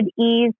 ease